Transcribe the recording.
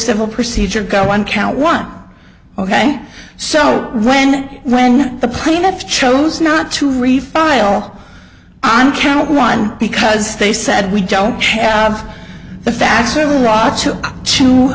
civil procedure code one count one ok so when when the plaintiff chose not to refile on count one because they said we don't have the